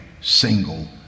single